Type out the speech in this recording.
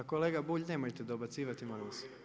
Kolega Bulj nemojte dobacivati molim vas!